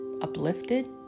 uplifted